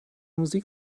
musik